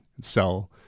sell